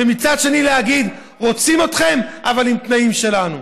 ומצד שני להגיד: רוצים אתכם אבל עם תנאים שלנו.